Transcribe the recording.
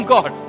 God